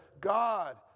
God